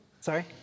Sorry